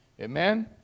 Amen